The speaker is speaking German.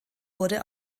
wurde